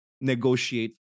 negotiate